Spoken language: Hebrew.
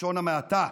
בלשון המעטה.